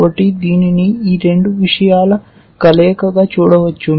కాబట్టి దీనిని ఈ రెండు విషయాల కలయికగా చూడవచ్చు